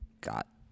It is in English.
got